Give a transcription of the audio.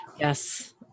Yes